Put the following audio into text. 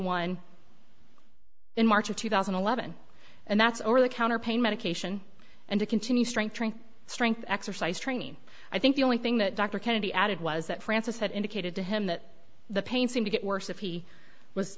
one in march of two thousand and eleven and that's over the counter pain medication and to continue strength training strength exercise training i think the only thing that dr kennedy added was that francis had indicated to him that the pain seem to get worse if he was